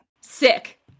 Sick